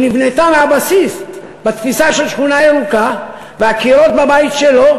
שנבנתה מהבסיס בתפיסה של שכונה ירוקה והקירות בבית שלו